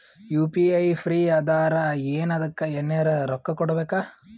UPI free ಅದಾರಾ ಏನ ಅದಕ್ಕ ಎನೆರ ರೊಕ್ಕ ಕೊಡಬೇಕ?